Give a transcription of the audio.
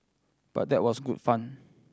but that was good fun